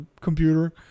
computer